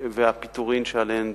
והפיטורים שעליהם דובר,